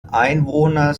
einwohner